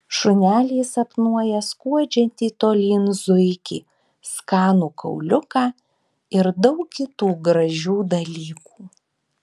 šuneliai sapnuoja skuodžiantį tolyn zuikį skanų kauliuką ir daug kitų gražių dalykų